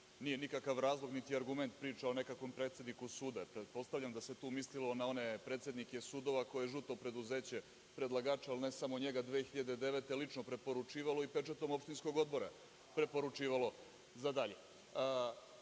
nije nikakav razlog niti argument priča o nekakvom predsedniku suda. Pretpostavljam da se tu mislilo na one predsednike sudova koje je žuto preduzeće predlagača, ali ne samo njega, 2009. godine lično preporučivalo i pečatom opštinskog odbora preporučivalo za dalje. To